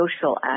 social